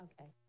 Okay